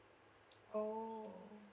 orh